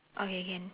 okay can